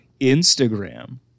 Instagram